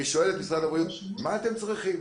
אני שואל את משרד הבריאות מה הם צריכים.